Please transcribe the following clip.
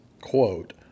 quote